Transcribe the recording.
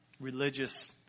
religious